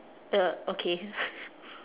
uh okay